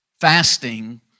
Fasting